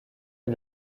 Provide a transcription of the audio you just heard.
est